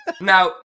Now